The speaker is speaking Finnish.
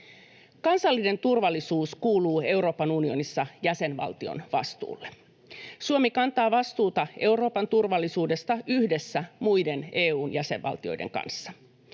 Kansallinen turvallisuus kuuluu Euroopan unionissa jäsenvaltion vastuulle. Suomi kantaa vastuuta Euroopan turvallisuudesta yhdessä muiden EU:n jäsenvaltioiden kanssa.